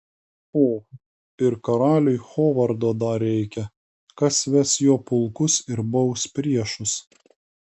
o ir karaliui hovardo dar reikia kas ves jo pulkus ir baus priešus